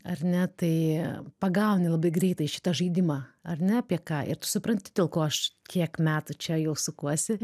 ar ne tai pagauni labai greitai šitą žaidimą ar ne apie ką ir tu supranti dėl ko aš kiek metų čia jau sukuosi